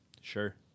Sure